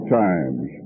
times